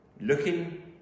looking